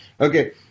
Okay